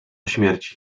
śmierci